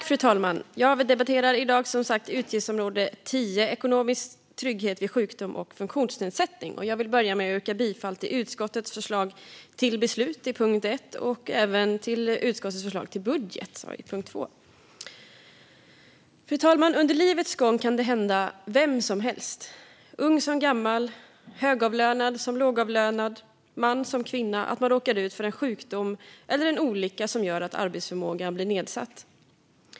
Fru talman! Vi debatterar i dag utgiftsområde 10 Ekonomisk trygghet vid sjukdom och funktionsnedsättning. Jag vill börja med att yrka bifall till utskottets förslag till beslut under punkt 1 och även till utskottets förslag till budget under punkt 2. Fru talman! Under livets gång kan det hända vem som helst, ung som gammal, högavlönad som lågavlönad, man som kvinna, att man råkar ut för en sjukdom eller en olycka som gör att arbetsförmågan blir nedsatt.